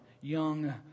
young